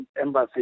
embassy